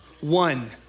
One